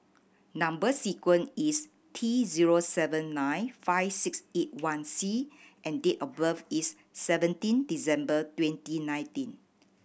number sequence is T zero seven nine five six eight one C and date of birth is seventeen December twenty nineteen